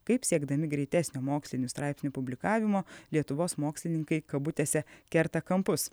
kaip siekdami greitesnio mokslinių straipsnių publikavimo lietuvos mokslininkai kabutėse kerta kampus